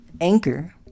Anchor